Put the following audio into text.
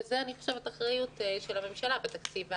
וזה אני חושבת אחריות הממשלה בתקציב הנוכחי.